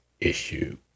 issue